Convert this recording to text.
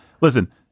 Listen